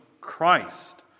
Christ